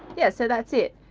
yeah, so that's it.